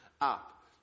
up